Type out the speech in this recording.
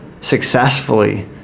successfully